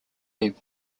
webb